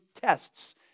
tests